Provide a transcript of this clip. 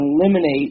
eliminate